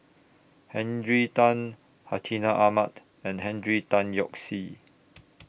Henry Tan Hartinah Ahmad and Henry Tan Yoke See